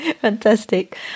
Fantastic